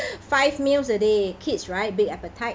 five meals a day kids right big appetite